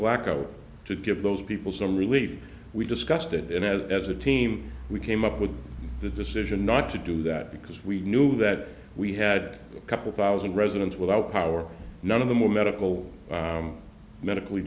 blackout to give those people some relief we discussed it and as a team we came up with the decision not to do that because we knew that we had a couple thousand residents without power none of them were medical medically